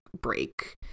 break